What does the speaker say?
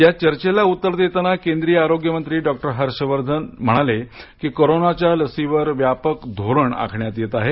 या चर्चेला उत्तर देताना केंद्रीय आरोग्य मंत्री डॉक्टर हर्ष वर्धन म्हणाले की कोरोनाच्या लसीवर व्यापक धोरण आखण्यात येत आहे